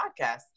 podcast